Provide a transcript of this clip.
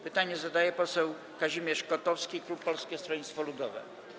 Pytanie zadaje poseł Kazimierz Kotowski, klub Polskiego Stronnictwa Ludowego.